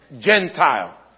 Gentile